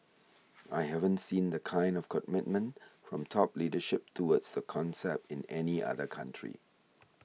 I haven't seen the kind of commitment from top leadership towards the concept in any other country